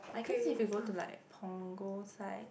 I guess you could go to like Punggol side